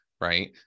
right